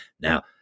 Now